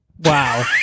Wow